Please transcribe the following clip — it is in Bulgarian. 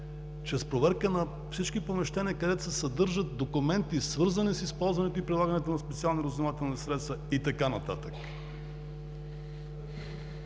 чрез проверка на всички помещения, където се съдържат документи, свързани с използването и прилагането на специални разузнавателни средства и така нататък.